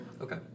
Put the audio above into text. Okay